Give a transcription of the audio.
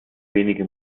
wenige